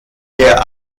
der